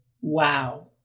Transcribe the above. Wow